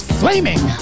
flaming